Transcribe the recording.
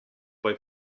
bei